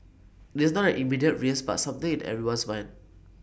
it's not an immediate risk but something in everyone's mind